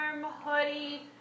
hoodie